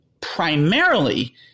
primarily